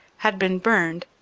had been burned,